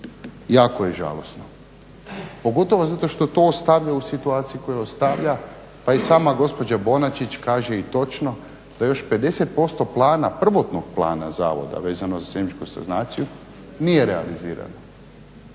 jako je žalosno pogotovo zato što to ostavlja u situaciji koja ostavlja. Pa i sama gospođa Bonačić kaže i točno da još 50% plana prvotnog plana Zavoda vezano za seizmičku sanaciju nije realizirano.